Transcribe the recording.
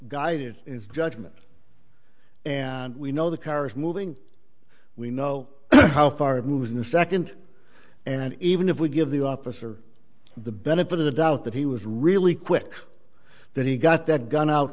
it is judgment and we know the car is moving we know how far it moves in a second and even if we give the officer the benefit of the doubt that he was really quick then he got that gun out